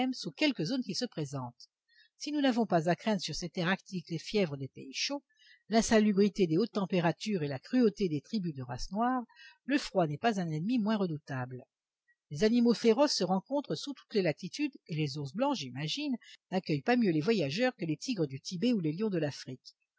sous quelque zone qu'ils se présentent si nous n'avons pas à craindre sur ces terres arctiques les fièvres des pays chauds l'insalubrité des hautes températures et la cruauté des tribus de race noire le froid n'est pas un ennemi moins redoutable les animaux féroces se rencontrent sous toutes les latitudes et les ours blancs j'imagine n'accueillent pas mieux les voyageurs que les tigres du tibet ou les lions de l'afrique